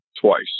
twice